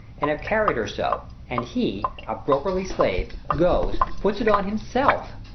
and have carried her so and he, a brokerly slave! goes, puts it on himself.